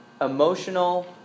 emotional